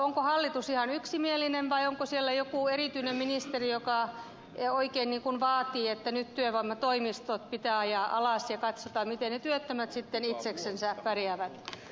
onko hallitus nyt ihan yksimielinen vai onko siellä joku erityinen ministeri joka oikein vaatii että nyt työvoimatoimistot pitää ajaa alas ja katsotaan miten ne työttömät sitten itseksensä pärjäävät